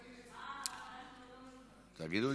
15 חברי כנסת, אתה צודק,